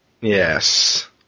Yes